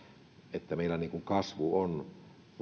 että meillä kasvu on